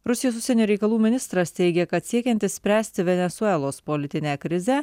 rusijos užsienio reikalų ministras teigia kad siekiant išspręsti venesuelos politinę krizę